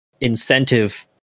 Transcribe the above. incentive